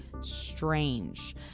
strange